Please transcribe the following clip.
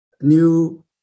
new